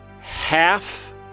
half